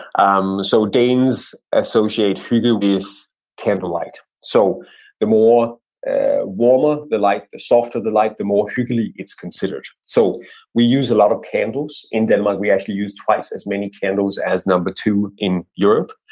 um so danes associate hygge ah with candlelight, so the more warmer the light, the softer the light, the more hygge-ly it's considered. so we use a lot of candles in denmark. we actually use twice as many candles as number two in europe.